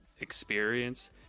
experience